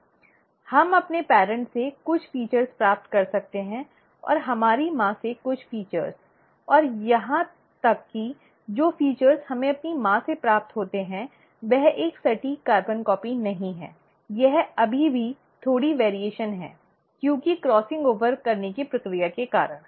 हम अपने पेरेंट्स से कुछ फीचर्र्स प्राप्त कर सकते हैं और हमारी माँ से कुछ फीचर्र्स और यहाँ तक कि जो फीचर्र्स हमें अपनी माँ से प्राप्त होती हैं वह एक सटीक कार्बन प्रति नहीं है यह अभी भी थोड़ी भिन्नता है क्योंकि क्रॉसिंग ओवर करने की प्रक्रिया के कारण